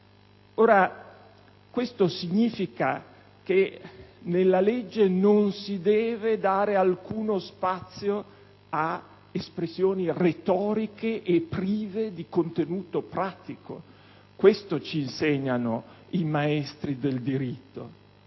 innanzitutto, che nella legge non si deve dare alcuno spazio a espressioni retoriche e prive di contenuto pratico. Questo ci insegnano i maestri del diritto.